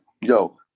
yo